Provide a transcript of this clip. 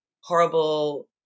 horrible